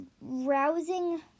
rousing